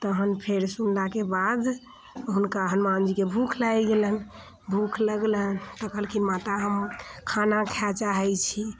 तहन फेर सुनलाके बाद हुनका हनुमानजीके भूख लागि गेलनि भुख लगलनि तऽ कहलखिन माता हम खाना खाय चाहै छी